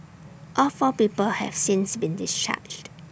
all four people have since been discharged